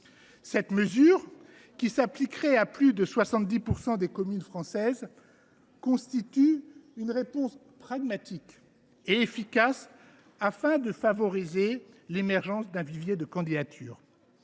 Cette mesure, qui s’appliquerait à près de 70 % des communes françaises, constitue une réponse pragmatique et efficace pour favoriser l’émergence d’un vivier de candidatures.